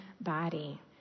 body